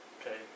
Okay